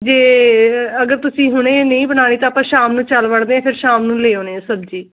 ਜੇ ਅਗਰ ਤੁਸੀਂ ਹੁਣ ਨਹੀਂ ਬਣਾਉਣੀ ਤਾਂ ਆਪਾਂ ਸ਼ਾਮ ਨੂੰ ਚੱਲ ਵੜਦੇ ਫਿਰ ਸ਼ਾਮ ਨੂੰ ਲੈ ਆਉਂਦੇ ਹਾਂ ਸਬਜ਼ੀ